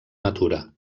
natura